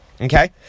Okay